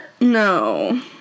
No